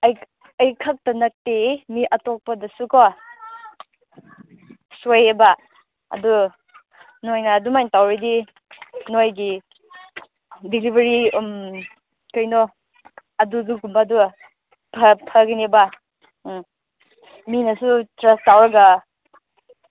ꯑꯩ ꯑꯩꯈꯛꯇ ꯅꯠꯇꯦ ꯃꯤ ꯑꯇꯣꯞꯄꯗꯁꯨꯀꯣ ꯁꯣꯏꯌꯦꯕ ꯑꯗꯨ ꯅꯣꯏꯅ ꯑꯗꯨꯃꯥꯏꯅ ꯇꯧꯔꯗꯤ ꯅꯣꯏꯒꯤ ꯗꯤꯂꯤꯚꯔꯤ ꯀꯩꯅꯣ ꯑꯗꯨꯗꯨ ꯒꯨꯝꯕꯗꯨ ꯐꯒꯅꯤꯕ ꯎꯝ ꯃꯤꯅꯁꯨ ꯇ꯭ꯔꯁ ꯇꯧꯔꯒ